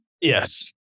Yes